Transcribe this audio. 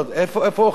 איפה אוכלים?